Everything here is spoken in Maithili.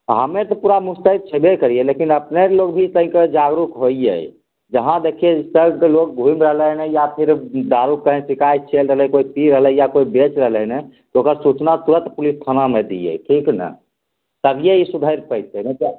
हम्मे तऽ पूरा मुस्तैद छबै करिए लेकिन अपनेके लोग भी सही कहै छै जागरूक होइए जहाँ देखिए जे सड़क पर लोग घूमि रहलै हइ या फिर दारूके कही शिकायत चलि रहलै हन कोइ पी रहलै या कोइ बेच रहलै हन तऽ ओकर सूचना तुरत पुलिस थानामे दिए ठीक ने तभिए ई सुधैरि पइतै नहि तऽ